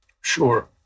Sure